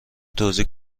توزیع